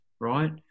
right